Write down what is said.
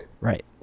Right